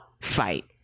fight